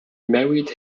married